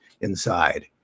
inside